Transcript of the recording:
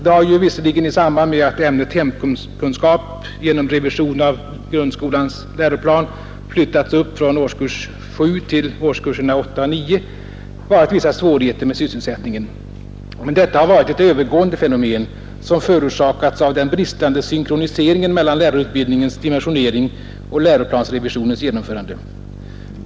Det har ju visserligen i samband med att ämnet hemkunskap genom revisionen av grundskolans läroplan flyttats upp från årskurs 7 till årskurserna 8 och 9 varit vissa svårigheter med sysselsättningen. Men detta har varit ett övergående fenomen, som förorsakats av den bristande synkroniseringen mellan lärarutbildningens dimensionering och läroplansrevisionens genomförande.